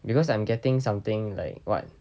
because I'm getting something like what